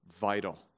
vital